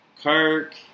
Kirk